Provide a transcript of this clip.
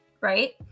right